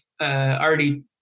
already